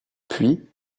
puis